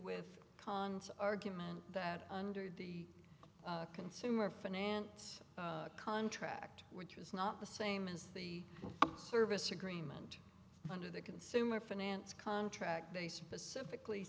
with cons argument that under the consumer finance contract which was not the same as the service agreement under the consumer finance contract they specifically